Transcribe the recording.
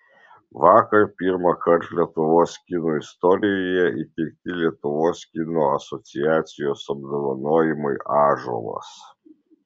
vakar pirmąkart lietuvos kino istorijoje įteikti lietuvos kino asociacijos apdovanojimai ąžuolas